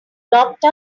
locked